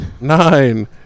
Nine